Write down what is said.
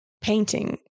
painting